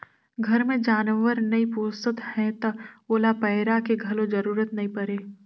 घर मे जानवर नइ पोसत हैं त ओला पैरा के घलो जरूरत नइ परे